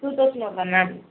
two thousand வருதா ma'am